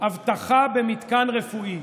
אבטחה במתקן רפואי.